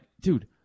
dude